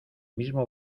mismo